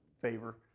favor